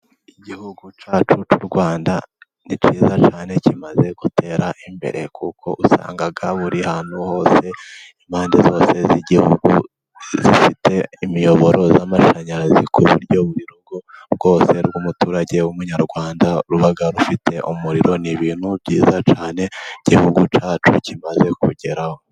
Igihugu cyacu cy'u Rwanda ni cyiza cyane, kimaze gutera imbere kuko usanga buri hantu hose impande zose z'igihugu zifite imiyoboro y'amashanyarazi ku buryo buri rugo bwose rw'umuturage w'umunyarwanda ruba rufite umuriro. Ni ibintu byiza cyane igihugu cyacu kimaze kugeraho.